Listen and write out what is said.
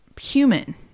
human